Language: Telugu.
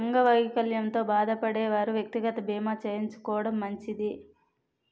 అంగవైకల్యంతో బాధపడే వారు వ్యక్తిగత బీమా చేయించుకోవడం మంచిది